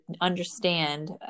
understand